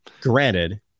granted